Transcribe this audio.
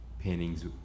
paintings